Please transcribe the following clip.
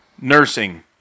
Nursing